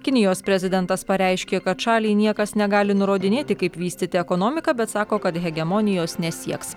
kinijos prezidentas pareiškė kad šaliai niekas negali nurodinėti kaip vystyti ekonomiką bet sako kad hegemonijos nesieks